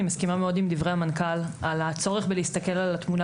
אני מסכימה מאוד עם דברי המנכ"ל על הצורך להסתכל על התמונה